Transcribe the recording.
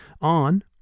on